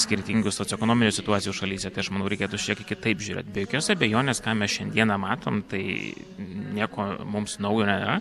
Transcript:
skirtingų socioekonominių situacijų šalyse tai aš manau reikėtų šiek tiek kitaip žiūrėti be jokios abejonės ką mes šiandieną matom tai nieko mums naujo nėra